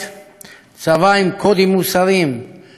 צבא עם קודים מוסריים שהם חלק